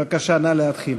בבקשה, נא להתחיל.